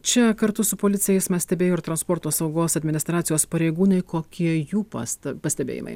čia kartu su policija eismą stebėjo ir transporto saugos administracijos pareigūnai kokie jų pasta pastebėjimai